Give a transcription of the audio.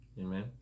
Amen